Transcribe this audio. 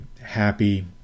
happy